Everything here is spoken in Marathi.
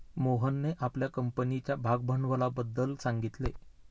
मोहनने आपल्या कंपनीच्या भागभांडवलाबद्दल सांगितले